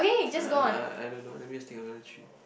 uh I I don't know let me just think of another three